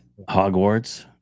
hogwarts